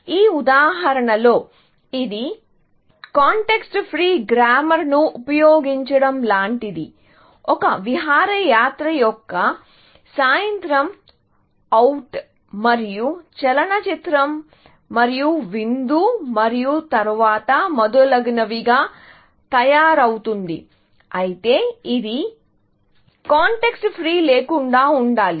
ఈ ఉదాహరణలో ఇది కాంటెక్స్ట్ ఫ్రీ గ్రామర్ను ఉపయోగించడం లాంటిది ఒక విహారయాత్ర ఒక సాయంత్రం అవుట్ మరియు చలనచిత్రం మరియు విందు మరియు తరువాత మొదలగునవిగా తయారవు తుంది అయితే ఇది కాంటెక్స్ట్ ఫ్రీ లేకుండా ఉండాలి